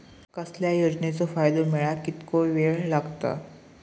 कसल्याय योजनेचो फायदो मेळाक कितको वेळ लागत?